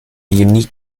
unique